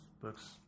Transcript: books